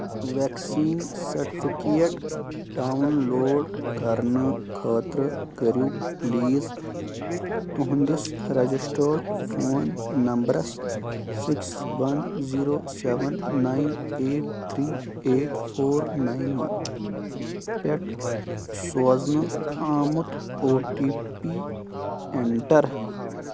vaccine certificate download کرنہٕ خٲطرٕ کٔرِو پلیٖز تُہنٛدِس رجسٹٲڑ فون نمبرَس six one zero seven nine eight three eight four nine one پٮ۪ٹھ سوزنہٕ آمُت او ٹی پی ایٚنٹر